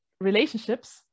relationships